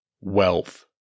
wealth